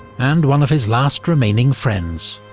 and one of his last remaining friends.